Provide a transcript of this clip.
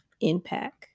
impact